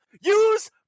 Use